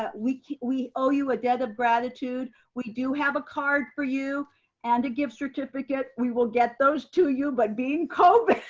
ah we we owe you a debt of gratitude. we do have a card for you and a gift certificate. we will get those to you, but being covid,